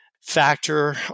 factor